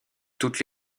toutes